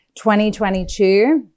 2022